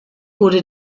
wurde